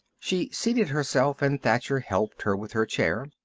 she seated herself and thacher helped her with her chair.